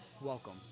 welcome